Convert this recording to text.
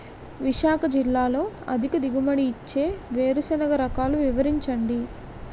విశాఖ జిల్లాలో అధిక దిగుమతి ఇచ్చే వేరుసెనగ రకాలు వివరించండి?